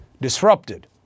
disrupted